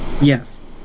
Yes